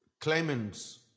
claimants